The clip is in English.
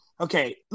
okay